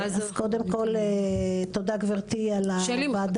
אז קודם כל, תודה גברתי על הוועדה